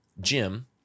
Jim